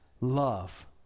love